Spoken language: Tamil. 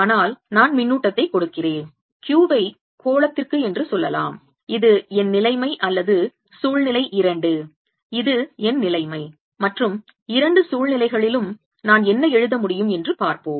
ஆனால் நான் மின்னூட்டத்தை கொடுக்கிறேன் Q வை கோளத்திற்கு என்று சொல்லலாம் இது என் நிலைமை அல்லது சூழ்நிலை 2 இது என் நிலைமை மற்றும் இரண்டு சூழ்நிலைகளிலும் நான் என்ன எழுத முடியும் என்று பார்ப்போம்